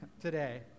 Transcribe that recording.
today